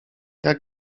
jak